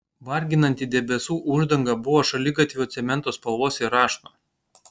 varginanti debesų uždanga buvo šaligatvio cemento spalvos ir rašto